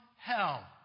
hell